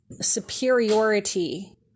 superiority